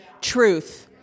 truth